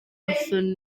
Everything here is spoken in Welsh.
wrthon